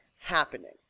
happening